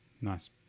Nice